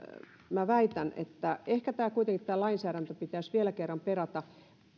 minä väitän että ehkä kuitenkin tämä lainsäädäntö pitäisi vielä kerran perata